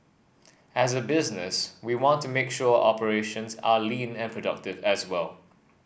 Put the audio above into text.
as a business we want to make sure our operations are lean and productive as well